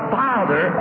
father